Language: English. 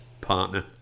partner